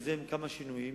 אני יוזם כמה שינויים,